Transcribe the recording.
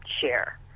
share